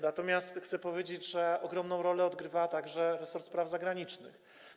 Natomiast chcę powiedzieć, że ogromną rolę odgrywa także resort spraw zagranicznych.